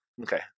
Okay